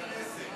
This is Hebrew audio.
לוועדת הכנסת.